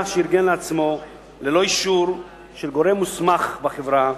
שארגן לעצמו ללא אישור של גורם מוסמך בחברה.